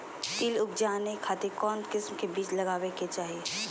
तिल उबजाबे खातिर कौन किस्म के बीज लगावे के चाही?